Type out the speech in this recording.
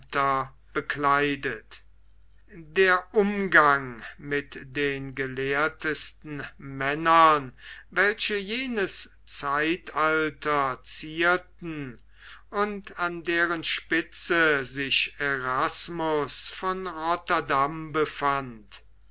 aemter bekleidet der umgang mit den gelehrtesten männern welche jenes zeitalter zierten und an deren spitze sich erasmus von rotterdam befand